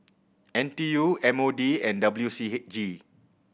N T U M O D and W C H G